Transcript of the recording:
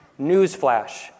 Newsflash